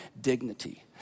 dignity